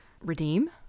redeem